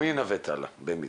שהוא ינווט הלאה, במידה.